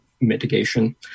mitigation